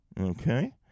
Okay